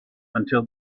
until